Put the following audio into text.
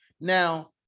Now